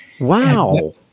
Wow